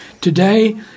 Today